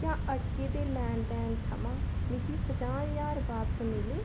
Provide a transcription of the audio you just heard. क्या अड़के दे लैन दैन थमां मिगी पञां ज्हार बापस मिले